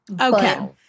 Okay